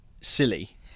silly